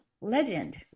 Legend